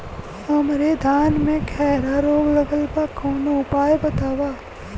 हमरे धान में खैरा रोग लगल बा कवनो उपाय बतावा?